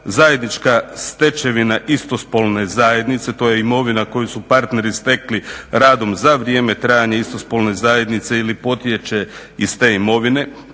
zajednička stečevina istospolne zajednice, to je imovina koju su parteri stekli radom za vrijeme trajanja istospolne zajednice ili potječe iz te imovine,